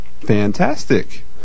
Fantastic